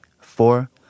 Four